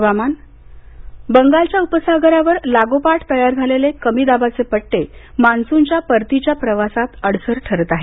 हवामान बंगालच्या उपसागरावर लागोपाठ तयार झालेले कमी दाबाचे पट्टे मान्सूनच्या परतीच्या प्रवासात अडसर ठरत आहेत